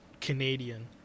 canadian